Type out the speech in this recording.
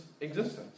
existence